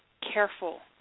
careful